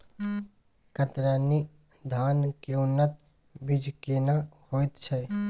कतरनी धान के उन्नत बीज केना होयत छै?